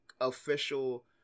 official